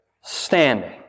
standing